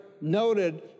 noted